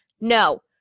no